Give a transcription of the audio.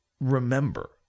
remember